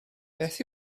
beth